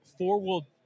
Four-wheel